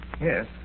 Yes